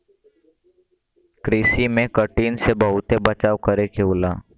कृषि में कीटन से बहुते बचाव करे क होला